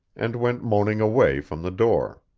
and went moaning away from the door.